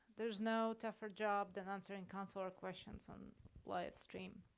there's no tougher job than answering consular questions on livestream.